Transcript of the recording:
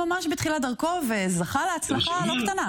כי הונחו היום על שולחן הכנסת הודעות שר הבריאות על מסקנות